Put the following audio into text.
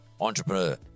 entrepreneur